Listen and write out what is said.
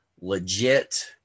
legit